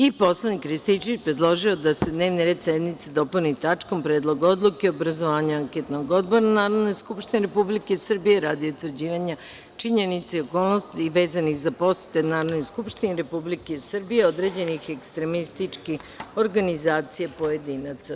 Narodni poslanik Marijan Rističević predložio je da se dnevni red sednice dopuni tačkom – Predlog odluke o obrazovanju anketnog odbora Narodne Skupštine Republike Srbije radi utvrđivanja činjenica i okolnosti vezanih za posete Narodnoj Skupštini Republike Srbije određenih ekstremističkih organizacija i pojedinaca.